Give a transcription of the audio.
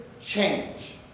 change